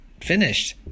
finished